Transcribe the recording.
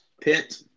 Pitt